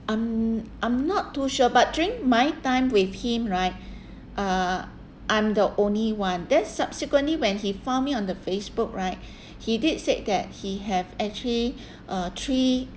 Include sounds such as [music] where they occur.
um I'm not too sure but during my time with him right uh I'm the only one then subsequently when he found me on the Facebook right [breath] he did said that he have actually uh three